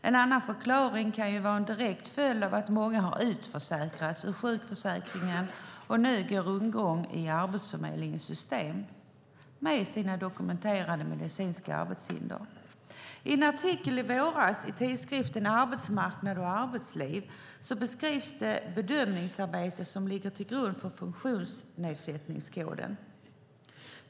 En annan förklaring kan vara att det är en direkt följd av att många har utförsäkrats ur sjukförsäkringen och nu går rundgång i Arbetsförmedlingens system med sina dokumenterade medicinska arbetshinder. I en artikel i våras i tidskriften Arbetsmarknad & Arbetsliv beskrivs det bedömningsarbete som ligger till grund för funktionsnedsättningskoden.